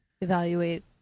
evaluate